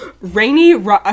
Rainy